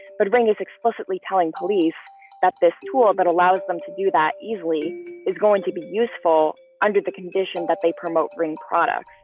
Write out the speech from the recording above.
but ring is explicitly telling police that this tool that but allows them to do that easily is going to be useful under the condition that they promote ring products